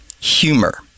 humor